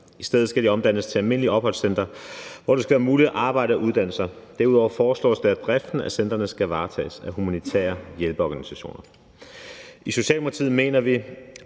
i stedet omdannes til almindelige opholdscentre, hvor det skal være muligt at arbejde og uddanne sig. Derudover foreslås det, at driften af centrene skal varetages af humanitære hjælpeorganisationer. I Socialdemokratiet mener vi,